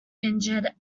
injured